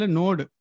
node